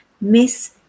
Miss